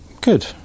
Good